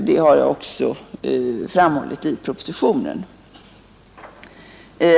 Det har jag också framhållit i propositionen.